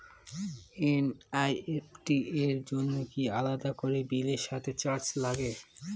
NEFT র জন্য কি আলাদা করে বিলের সাথে চার্জ লাগে?